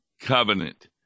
covenant